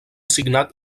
signat